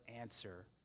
answer